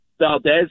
Valdez